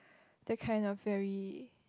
the kind of very